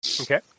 Okay